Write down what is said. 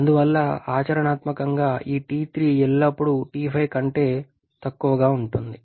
అందువల్ల ఆచరణాత్మకంగా ఈ T3 ఎల్లప్పుడూ T5 కంటే తక్కువగా ఉంటుంది